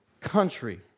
country